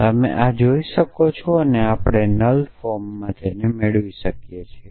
તેથી તમે આ જોઈ શકો છો અને આ આપણે નલ ફોર્મ મેળવી શકીએ છીએ